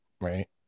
Right